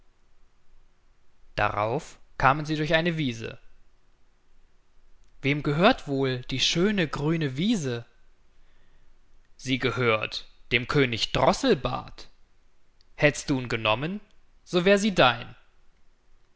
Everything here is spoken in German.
darauf kamen sie durch eine wiese wem gehört wohl die schöne grüne wiese sie gehört dem könig droßelbart hättst du'n genommen so wär sie dein